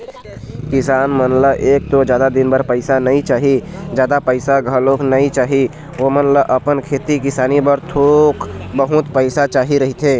किसान मन ल एक तो जादा दिन बर पइसा नइ चाही, जादा पइसा घलोक नइ चाही, ओमन ल अपन खेती किसानी बर थोक बहुत पइसा चाही रहिथे